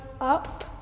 up